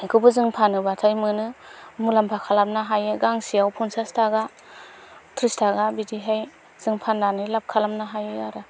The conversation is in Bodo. बेखौबो जों फानोबाथाय मोनो मुलाम्फा खालामनो हायो गांसेआव फनसास थाखा थ्रिस थाखा बिदिहाय जों फाननानै लाभ खालामनो हायो आरो